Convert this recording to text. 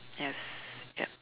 yes yup